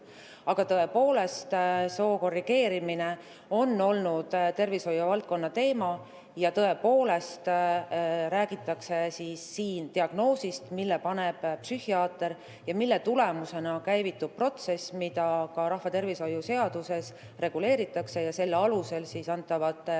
Aga tõepoolest soo korrigeerimine on olnud tervishoiuvaldkonna teema ja tõepoolest räägitakse siin diagnoosist, mille paneb psühhiaater. Selle tulemusena käivitub protsess, mida rahvatervishoiu seadusega reguleeritakse ja selle alusel antavate